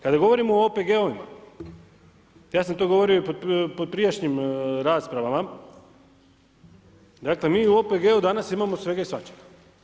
Kada govorimo o OPG-ovima, ja sam to govorio i pod prijašnjim raspravama, dakle, mi u OPG-u danas imamo svega i svačega.